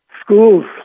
schools